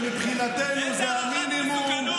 שמבחינתנו זה המינימום,